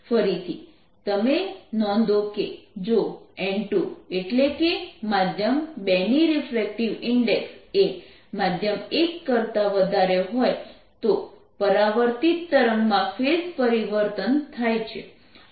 ફરીથી તમે નોંધો કે જો n2 એટલે કે માધ્યમ 2 ની રીફ્રેક્ટિવ ઇન્ડેક્સ એ માધ્યમ 1 કરતા વધારે હોય તો પરાવર્તિત તરંગમાં ફેઝ પરિવર્તન થાય છે